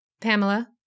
Pamela